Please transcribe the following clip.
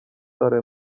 داره